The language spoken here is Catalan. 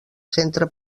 centre